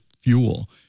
fuel